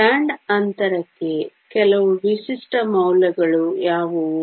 band ಅಂತರಕ್ಕೆ ಕೆಲವು ವಿಶಿಷ್ಟ ಮೌಲ್ಯಗಳು ಯಾವುವು